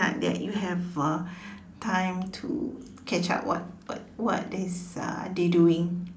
that you have a the time to catch up what what what is uh they doing